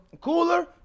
cooler